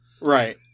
Right